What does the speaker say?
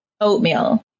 oatmeal